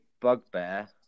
bugbear